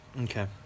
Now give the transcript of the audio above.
Okay